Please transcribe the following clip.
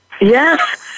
yes